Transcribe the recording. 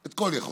את כל יכולותיו.